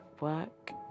work